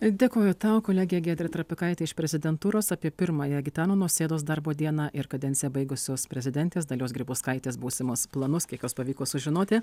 dėkoju tau kolegė giedrė trapikaitė iš prezidentūros apie pirmąją gitano nausėdos darbo dieną ir kadenciją baigusios prezidentės dalios grybauskaitės būsimus planus kiek juos pavyko sužinoti